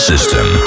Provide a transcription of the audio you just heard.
system